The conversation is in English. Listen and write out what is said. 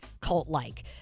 cult-like